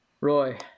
roy